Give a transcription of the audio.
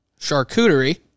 charcuterie